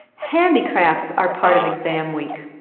handicrafts are part of exam week.